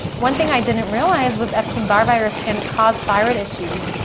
one thing i didn't realize was epstein barr virus can cause thyroid issues.